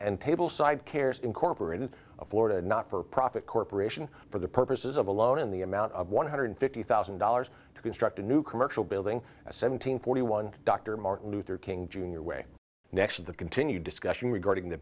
and table side cares incorporated a florida not for profit corporation for the purposes of alone in the amount of one hundred fifty thousand dollars to construct a new commercial building seven hundred forty one dr martin luther king jr way next the continued discussion regarding the